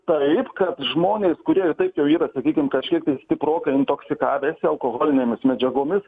taip kad žmonės kurie ir taip jau yra sakykim kažkiektais stiprokai intoksikavęsi alkoholinėmis medžiagomis